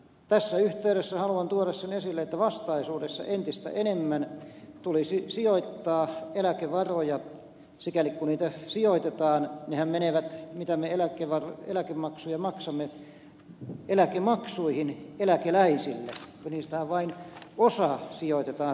tässä yhteydessä haluan tuoda sen esille että vastaisuudessa entistä enemmän tulisi sijoittaa eläkevaroja kotimaisiin kohteisiin sikäli kuin niitä sijoitetaan nehän menevät mitä me eläkemaksuja maksamme eläkemaksuihin eläkeläisille ja niistähän vain osa sijoitetaan rahastoihin